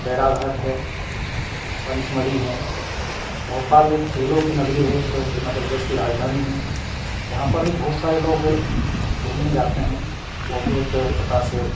भेड़ाघाट है पंचमढ़ी है भोपाल एक जिलों की नगरी है जो मध्य प्रदेश की राजधानी है जहाँ पर भी बहुत सारे लोग घूमने जाते हैं वो भी एक प्रकार से